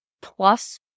plus